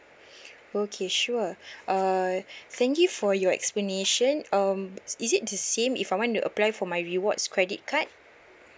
okay sure uh thank you for your explanation um is it the same if I want to apply for my rewards credit card